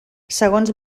segons